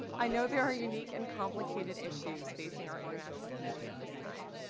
i know there are unique and complicated issues facing our international community at this time.